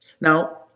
Now